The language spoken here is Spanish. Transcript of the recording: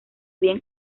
bien